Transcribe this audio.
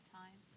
time